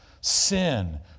Sin